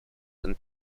and